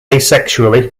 asexually